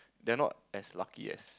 they are not as lucky as